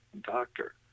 doctor